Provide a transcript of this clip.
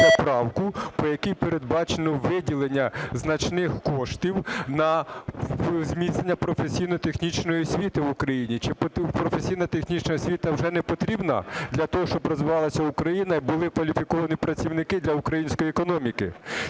правку, у якій передбачено виділення значних коштів на зміцнення професійно-технічної освіти в Україні? Чи професійно-технічна освіта вже не потрібна для того, щоб розвивалася Україна і були кваліфіковані працівники для української економіки?